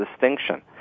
distinction